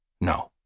No